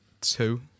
two